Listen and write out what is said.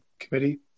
committee